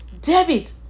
David